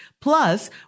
plus